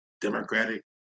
Democratic